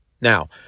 Now